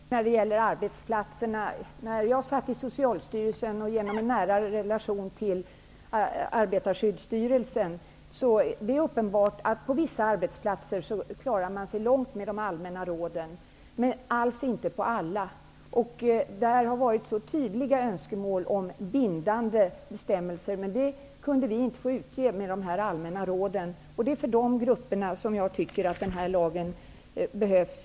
Herr talman! Först skall jag beröra detta med arbetsplatserna. Jag satt i Socialstyrelsen och hade en nära relation till Arbetarskyddsstyrelsen. Det är uppenbart att man på vissa arbetsplatser klarar sig långt med de allmänna råden, men inte alls på alla. Det har funnits tydliga önskemål om bindande bestämmelser, men vi kunde bara ge de här allmänna råden. Det är för de grupperna som den här lagen behövs.